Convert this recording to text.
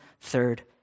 third